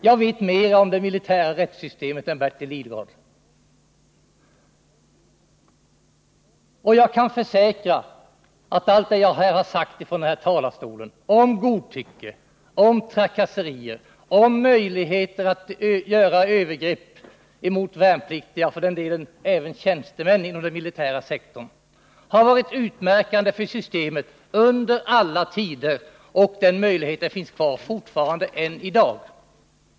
Jag vet mer om det militära rättssystemet än Bertil Lidgard. Och jag kan försäkra att allt det jag här sagt ifrån talarstolen om godtycke, om trakasserier och om möjligheter till övergrepp emot värnpliktiga, och för den delen även tjänstemän inom den militära sektorn, har varit utmärkande för systemet under alla tider. Och dessa möjligheter finns kvar än i dag.